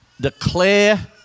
declare